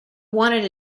wanted